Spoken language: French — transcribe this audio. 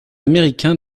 américain